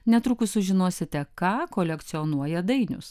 netrukus sužinosite ką kolekcionuoja dainius